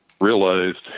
realized